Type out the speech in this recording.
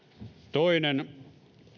toinen lausumaehdotus